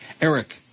Eric